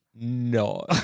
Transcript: No